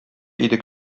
идек